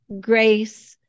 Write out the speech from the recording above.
grace